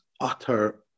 utter